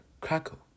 crackle